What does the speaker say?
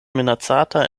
minacata